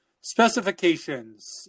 Specifications